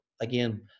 again